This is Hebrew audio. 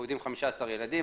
אנחנו יודעים 15 ילדים.